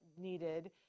needed